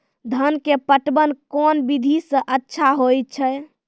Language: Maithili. धान के पटवन कोन विधि सै अच्छा होय छै?